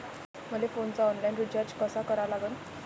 मले फोनचा online recharge कसा करा लागन?